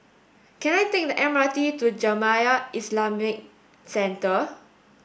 can I take the M R T to Jamiyah Islamic Centre